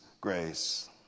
grace